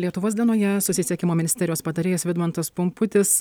lietuvos dienoje susisiekimo ministerijos patarėjas vidmantas pumputis